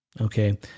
okay